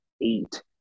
eight